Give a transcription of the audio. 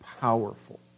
powerful